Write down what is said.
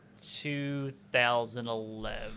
2011